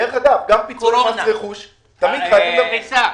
דרך אגב, גם פיצויי מס רכוש תמיד חייבים במס.